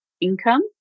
income